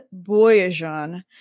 boyajan